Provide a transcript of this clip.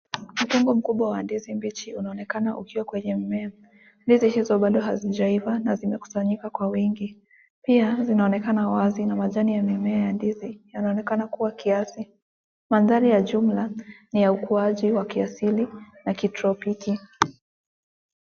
Mfungo mkubwa wa ndizi mbichi unaonekana ukiwa kwenye mmea. Ndizi hizo bado hazijaiva na zimekusanyika kwa wingi. Pia zinaonekana wazi na majani ya mimea ya ndizi yanaonekana kuwa kiasi. Mandhari ya jumla ni ya ukuaji wa kiasili na kitropiki.